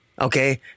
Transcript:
Okay